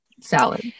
Salad